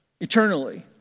eternally